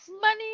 money